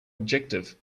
objective